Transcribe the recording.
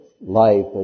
life